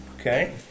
okay